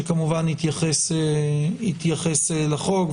שכמובן יתייחס לחוק,